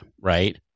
right